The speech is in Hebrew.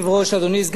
אדוני סגן השר,